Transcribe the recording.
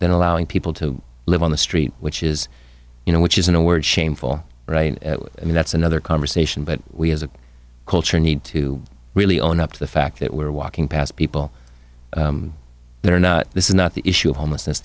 than allowing people to live on the street which is you know which is in a word shameful right i mean that's another conversation but we as a culture need to really own up to the fact that we're walking past people that are not this is not the issue of homelessness